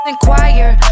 Inquire